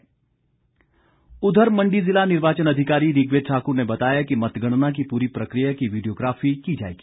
मंडी मतगणना उधर मंडी जिला निर्वाचन अधिकारी ऋग्वेद ठाकुर ने बताया कि मतगणना की पूरी प्रक्रिया की वीडियोग्राफी की जाएगी